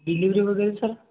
delivery वगैरे sir